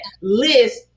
list